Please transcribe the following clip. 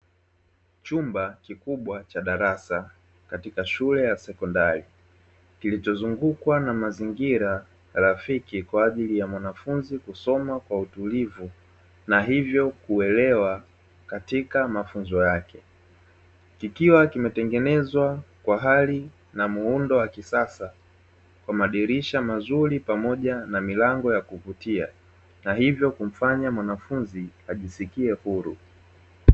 Chumba kikubwa cha darasa katika shule ya sekondari kilichozungukwa na mazingira rafiki kwa ajili ya mwanafunzi kusoma kwa utulivu, na hivyo kuelewa katika mafunzo yake kikiwa kimetengenezwa kwa hali na muundo wa kisasa kwa madirisha mazuri pamoja na milango ya kuvutia, na hivyo kumfanya mwanafunzi ajisikie huru.